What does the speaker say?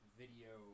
video